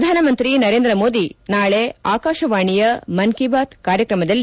ಪ್ರಧಾನಮಂತ್ರಿ ನರೇಂದ್ರ ಮೋದಿ ನಾಳೆ ಆಕಾಶವಾಣಿಯ ಮನ್ ಕಿ ಬಾತ್ ಕಾರ್ಯಕ್ರಮದಲ್ಲಿ ಭಾಷಣ